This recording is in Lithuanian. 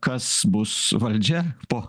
kas bus valdžia po